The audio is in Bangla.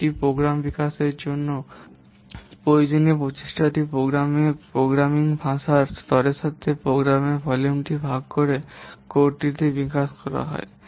একটি প্রোগ্রাম বিকাশের জন্য প্রয়োজনীয় প্রচেষ্টাটি প্রোগ্রামিং ভাষার স্তরের সাথে প্রোগ্রামের ভলিউমকে ভাগ করে কোডটি বিকাশ করা যায়